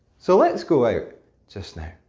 so let's go out just now.